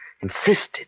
insisted